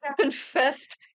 confessed